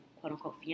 quote-unquote